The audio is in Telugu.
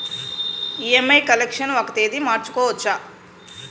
ఇ.ఎం.ఐ కలెక్షన్ ఒక తేదీ మార్చుకోవచ్చా?